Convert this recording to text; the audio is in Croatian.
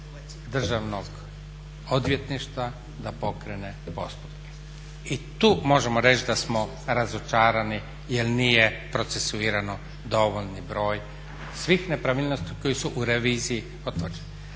Državnog odvjetništva da pokrene postupke i tu možemo reći da smo razočarani jer nije procesuirano dovoljni broj svih nepravilnosti koje su u reviziji potvrđene.